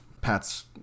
pat's